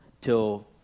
till